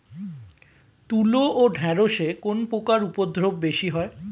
তুলো ও ঢেঁড়সে কোন পোকার উপদ্রব বেশি হয়?